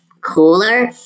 cooler